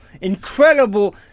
incredible